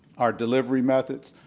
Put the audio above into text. our delivery methods,